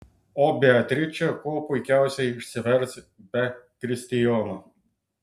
o beatričė kuo puikiausiai išsivers be kristijono